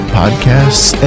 podcasts